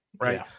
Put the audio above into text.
right